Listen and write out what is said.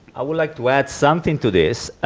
i would like to add something to this.